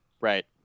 Right